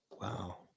Wow